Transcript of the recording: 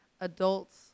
adults